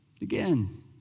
Again